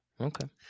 okay